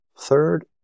third